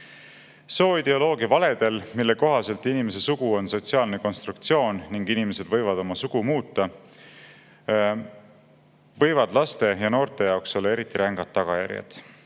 normaalne. Sooideoloogia valedel, mille kohaselt inimese sugu on sotsiaalne konstruktsioon ning inimesed võivad oma sugu muuta, võivad laste ja noorte jaoks olla eriti rängad tagajärjed.